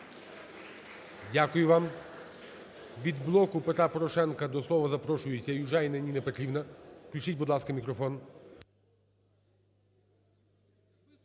Дякую вам.